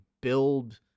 build